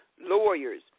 lawyers